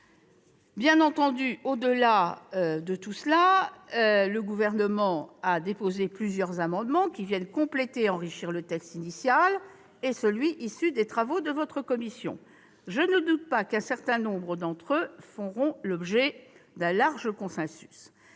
soient réunies. Au-delà, le Gouvernement a déposé plusieurs amendements tendant à compléter et à enrichir le texte initial et celui qui est issu des travaux de votre commission. Je ne doute pas qu'un certain nombre d'entre eux feront l'objet d'un large consensus.